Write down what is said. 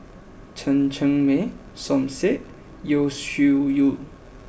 Chen Cheng Mei Som Said and Yeo Shih Yun